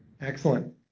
Excellent